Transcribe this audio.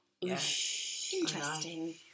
Interesting